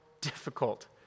difficult